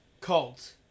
cult